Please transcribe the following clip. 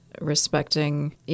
respecting